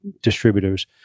distributors